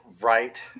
Right